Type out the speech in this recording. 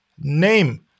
name